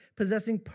possessing